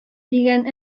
дигән